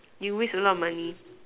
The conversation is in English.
you waste a lot of money